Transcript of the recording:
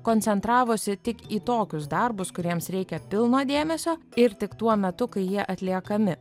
koncentravosi tik į tokius darbus kuriems reikia pilno dėmesio ir tik tuo metu kai jie atliekami